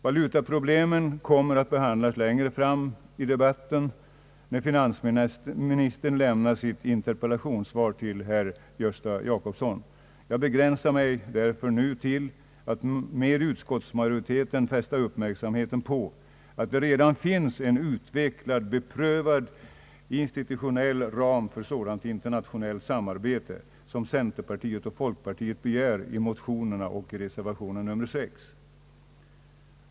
Valutaproblemen kommer att behandlas längre fram i debatten när finansministern lämnar sitt interpellationssvar till herr Gösta Jacobsson, Jag begränsar mig därför till att med utskottsmajorite ten nu fästa uppmärksamheten på att det redan finns en utvecklad och beprövad institutionell ram för sådant internationellt samarbete som centerpartiet och folkpartiet begär i motionerna och i reservation 6.